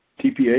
TPA